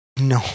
No